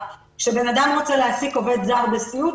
כשאדם רוצה להעסיק עובד זר בסיעוד,